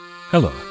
Hello